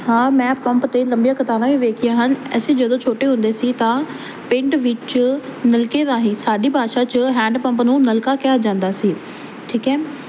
ਹਾਂ ਮੈਂ ਪੰਪ 'ਤੇ ਲੰਬੀਆਂ ਕਤਾਰਾਂ ਵੀ ਵੇਖੀਆਂ ਹਨ ਅਸੀਂ ਜਦੋਂ ਛੋਟੇ ਹੁੰਦੇ ਸੀ ਤਾਂ ਪਿੰਡ ਵਿੱਚ ਨਲਕੇ ਰਾਹੀਂ ਸਾਡੀ ਭਾਸ਼ਾ 'ਚ ਹੈਂਡ ਪੰਪ ਨੂੰ ਨਲਕਾ ਕਿਹਾ ਜਾਂਦਾ ਸੀ ਠੀਕ ਹੈ